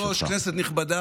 אדוני היושב-ראש, כנסת נכבדה,